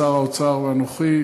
שר האוצר ואנוכי,